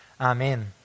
Amen